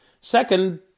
Second